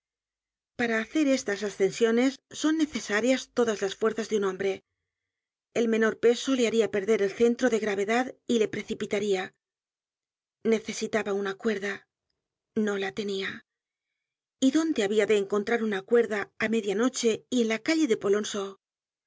para hacer estas ascensiones son necesarias todas las fuerzas de un hombre el menor peso le haría perder el centro de gravedad y leprecipilaria necesitaba una cuerda no la tenia y dónde habia de encontrar una cuerda á media noche y en la calle de polonceau